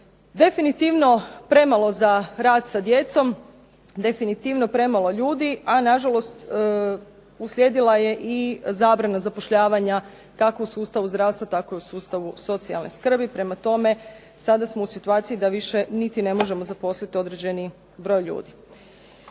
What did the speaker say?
Definitivno premalo za rad sa djecom, definitivno premalo ljudi. A nažalost uslijedila je i zabrana zapošljavanja kako u sustavu zdravstva tako i u sustavu socijalne skrbi. Prema tome, sada smo u situaciji da ne možemo niti zaposliti određeni broj ljudi.